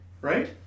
Right